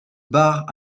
barre